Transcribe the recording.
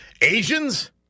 Asians